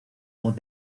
voz